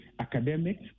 academics